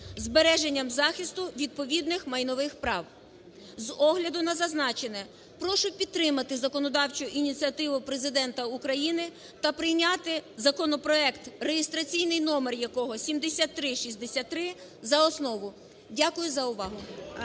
збереженням захисту відповідних майнових прав. З огляду на зазначене прошу підтримати законодавчу ініціативу Президента України та прийняти законопроект, реєстраційний номер якого 7363, за основу. Дякую за увагу.